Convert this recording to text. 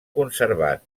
conservat